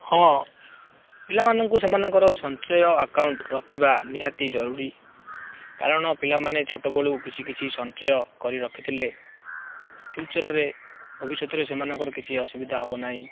ହଁ ପିଲାମାନଙ୍କୁ ସେମାନଙ୍କର ସଞ୍ଚୟ ଆକାଉଣ୍ଟ ରଖିବା ନିହାତି ଜରୁରୀ କାରଣ ପିଲାମାନେ ଛୋଟବେଳୁ କିଛି କିଛି ସଞ୍ଚୟ କରି ରଖିଥିଲେ ଫ୍ୟୁଚରରେ ଭବିଷ୍ୟତରେ ସେମାନଙ୍କର କିଛି ଅସୁବିଧା ହେବ ନାହିଁ